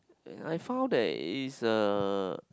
ya I found that is a